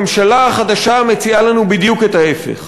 הממשלה החדשה מציעה לנו בדיוק את ההפך.